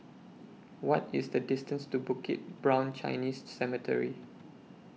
What IS The distance to Bukit Brown Chinese Cemetery